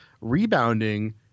rebounding